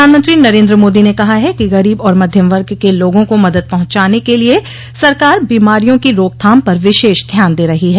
प्रधानमंत्री नरेन्द्र मोदी ने कहा है कि गरीब और मध्यम वर्ग के लोगों को मदद पहुंचाने के लिए सरकार बीमारियों की रोकथाम पर विशेष ध्यान दे रही है